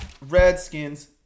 Redskins